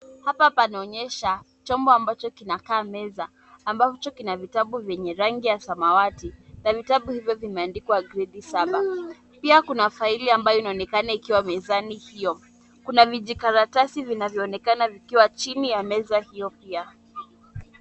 Hapa panaonyesha chombo ambacho kinakaa meza ambacho kina vitabu vya rangi ya samawati, vitabu hivyo vimeandikwa gredi saba. Pia kuna faili ambayo inaonekana ikiwa mezani hiyo. Kuna vijikaratasi vinavyoonekana vikiwa chini ya meza hiyo pia.